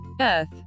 earth